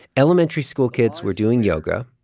elementary schoolkids were doing yoga.